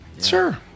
Sure